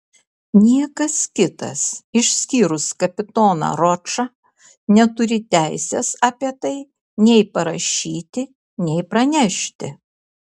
niekas kitas išskyrus kapitoną ročą neturi teisės apie tai nei parašyti nei pranešti